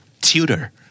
Tutor